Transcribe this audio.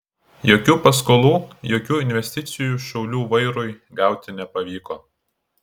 jokių paskolų jokių investicijų šiaulių vairui gauti nepavyko